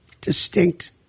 distinct